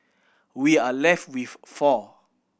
we are left with four